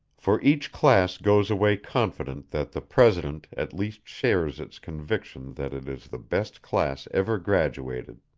for each class goes away confident that the president at least shares its conviction that it is the best class ever graduated.